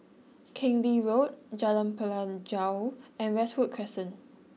Keng Lee Road Jalan Pelajau and Westwood Crescent